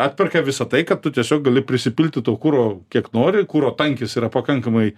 atperka visą tai kad tu tiesiog gali prisipilti to kuro kiek nori kuro tankis yra pakankamai